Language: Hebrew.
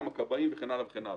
כמה כבאים וכן הלאה.